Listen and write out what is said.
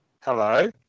Hello